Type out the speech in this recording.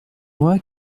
moi